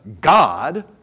God